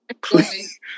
Please